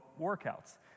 workouts